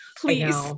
Please